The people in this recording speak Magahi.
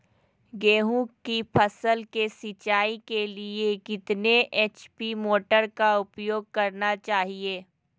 गेंहू की फसल के सिंचाई के लिए कितने एच.पी मोटर का उपयोग करना चाहिए?